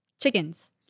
Chickens